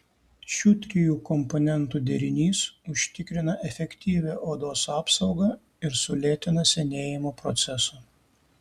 šių trijų komponentų derinys užtikrina efektyvią odos apsaugą ir sulėtina senėjimo procesą